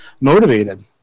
motivated